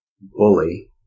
bully